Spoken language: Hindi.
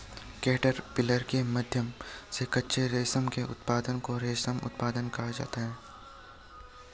कैटरपिलर के माध्यम से कच्चे रेशम के उत्पादन को रेशम उत्पादन कहा जाता है